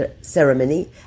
ceremony